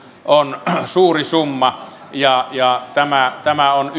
on suuri summa ja tämä tämä on